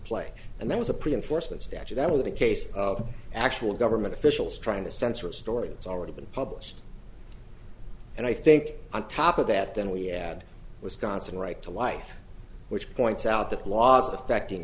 play and that was a pretty unfortunate statue that was a case of actual government officials trying to censor a story it's already been published and i think on top of that then we add wisconsin right to life which points out that laws affecting